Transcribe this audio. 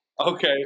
Okay